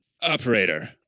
Operator